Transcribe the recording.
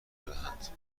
بدهند